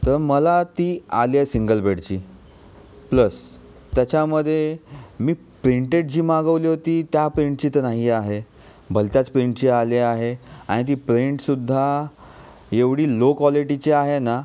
तर मला ती आली आहे सिंगल बेडची प्लस त्याच्यामध्ये मी प्रिंटेड जी मागवली होती त्या प्रिंटची तर नाही आहे भलत्याच प्रिंटची आली आहे आणि ती प्रिंटसुद्धा एवढी लो कॉलिटिची आहे ना